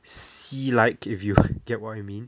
sea like if you get what you mean